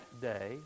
day